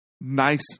nice